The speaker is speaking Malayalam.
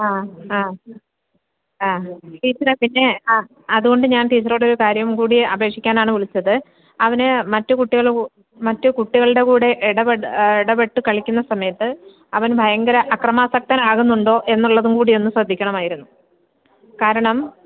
ആ ആ ആ ടീച്ചറേ പിന്നെ ആ അതുകൊണ്ടു ഞാൻ ടീച്ചറോട് ഒരു കാര്യംകൂടി അപേക്ഷിക്കാനാണ് വിളിച്ചത് അവന് മറ്റ് മറ്റു കുട്ടികളുടെ കൂടെ ഇടപെട്ട് കളിക്കുന്ന സമയത്ത് അവൻ ഭയങ്കര അക്രമാസക്തനാകുന്നുണ്ടോ എന്നുള്ളതു കൂടിയൊന്നു ശ്രദ്ധിക്കണമായിരുന്നു കാരണം